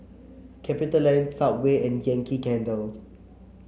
Capitaland Subway and Yankee Candle